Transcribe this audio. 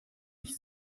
ich